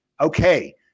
Okay